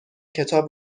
کتاب